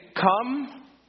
come